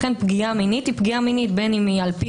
לכן פגיעה מינית היא פגיעה מינית בין אם היא על פי